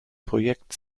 projekt